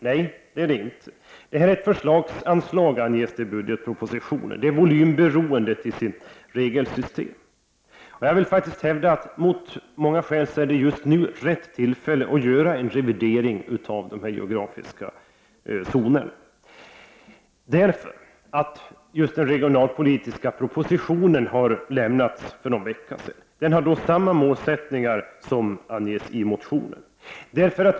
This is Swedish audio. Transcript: Nej, det är det inte. I budgetpropositionen framkommer det att detta är ett förslagsanslag. Anslaget är volymberoende till sitt regelsystem. Jag vill faktiskt hävda att det just nu är rätt tillfälle att göra en revidering av de geografiska zonerna. Den regionalpolitiska propositionen lämnades för någon vecka sedan. Den har samma målsättning som den som anges i min motion.